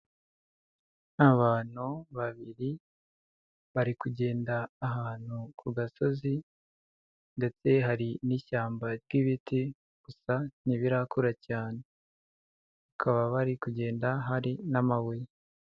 Abantu babiri bari kugenda ahantu ku gasozi ndetse hari n'ishyamba ry'ibiti gusa ntibirakura cyane .Bakaba bari kugenda hari n'amabuye.